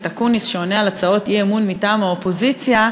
אקוניס שעונה על הצעות אי-אמון מטעם האופוזיציה,